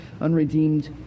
unredeemed